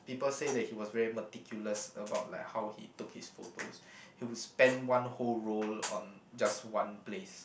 people said that he was very meticulous about like how he took his photos he will spend one whole roll on just one place